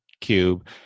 Cube